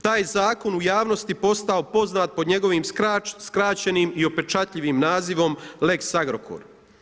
Taj zakon u javnosti postao poznat po njegovim skraćenim i upečatljivim nazivom lex Agrokor.